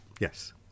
Yes